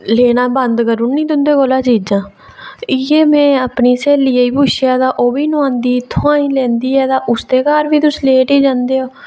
लैना बंद करी ओड़नी तुंदे कोला चीजां ते इ'यै में अपनी स्हेलियै गी पुच्छेआ ते ओह्बी नुहांदी ऐ ते इत्थुआं लैंदी ऐ ते उसदे घर बी तुस लेट ई जंदे ओ